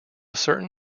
certain